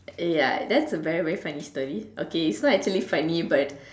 ya that's a very very funny story okay it is not actually funny but